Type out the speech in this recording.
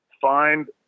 find